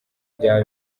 byaba